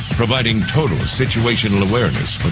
providing total situational awareness